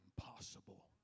impossible